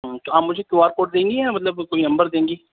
ہوں تو آپ مجھے کیو آر کوڈ دیں گی یا مطلب کوئی نمبر دیں گی